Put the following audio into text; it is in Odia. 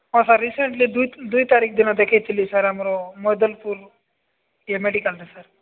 ହଁ ସାର୍ ରିସେଣ୍ଟଲି ଦୁଇ ଦୁଇ ତାରିଖ ଦିନ ଦେଖେଇ ଥିଲି ସାର୍ ଆମର ମଇଦଲ୍ପୁର୍ ଇଏ ମେଡ଼ିକାଲ୍ରେ ସାର୍